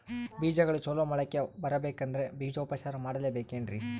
ಬೇಜಗಳು ಚಲೋ ಮೊಳಕೆ ಬರಬೇಕಂದ್ರೆ ಬೇಜೋಪಚಾರ ಮಾಡಲೆಬೇಕೆನ್ರಿ?